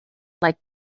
like